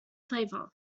flavour